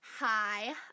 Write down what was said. Hi